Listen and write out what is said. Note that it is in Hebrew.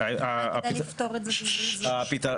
מקצועית אני מצטרף לעמדה של הייעוץ המשפטי לוועדה.